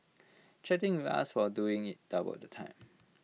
chatting with us while doing IT doubled the time